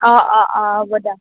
অঁ অঁ অঁ হ'ব দে